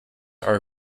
are